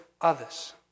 others